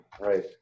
Right